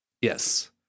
Yes